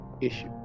issue